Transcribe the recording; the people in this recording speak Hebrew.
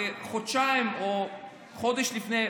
חודשיים או חודש או לפני,